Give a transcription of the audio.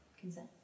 Consent